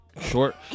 Short